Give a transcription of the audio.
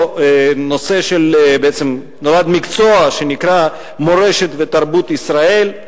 נולד מקצוע שנקרא: מורשת ותרבות ישראל,